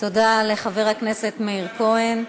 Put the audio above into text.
תודה לחבר הכנסת מאיר כהן.